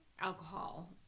alcohol